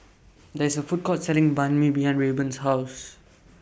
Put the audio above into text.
There IS A Food Court Selling Banh MI behind Rayburn's House